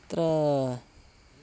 तत्र